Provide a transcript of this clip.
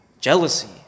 jealousy